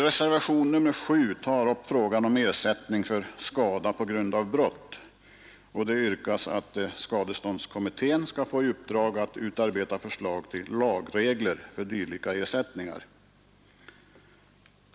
Reservationen 7 tar upp frågan om ersättning för skada på grund av brott. Reservanterna yrkar att skadeståndskommittén skall få i uppdrag att utarbeta förslag till lagregler för dylika ersättningar.